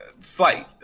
slight